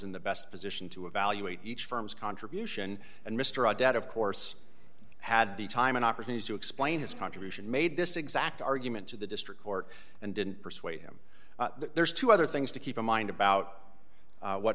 in the best position to evaluate each firm's contribution and mr odette of course had the time an opportunity to explain his contribution made this exact argument to the district court and didn't persuade him there's two other things to keep in mind about what